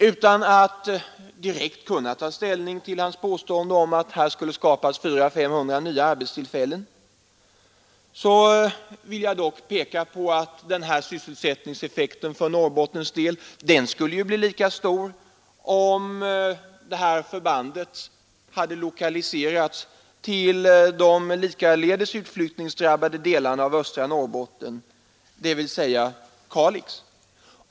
Utan att direkt kunna ta ställning till hans påstående att det skulle skapas 400 å 500 nya arbetstillfällen vill jag dock påpeka att den här sysselsättningseffekten för Norrbottens del skulle ha blivit lika stor om detta förband hade lokaliserats till de likaledes utflyttningsdrabbade delarna av östra Norrbotten, dvs. Kalix.